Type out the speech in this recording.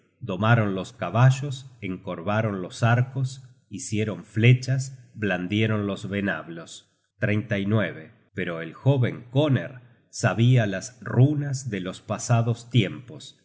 domaron los caballos encorvaron los arcos hicieron flechas blandieron los venablos pero el jóven koner sabia las runas de los pasados tiempos